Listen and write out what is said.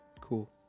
Cool